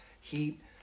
heat